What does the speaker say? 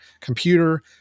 computer